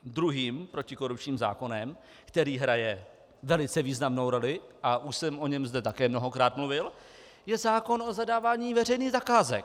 Druhým protikorupčním zákonem, který hraje velice významnou roli, a už jsem zde o něm také mnohokrát mluvil, je zákon o zadávání veřejných zakázek.